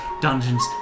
Dungeons